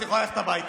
את יכולה ללכת הביתה.